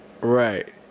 right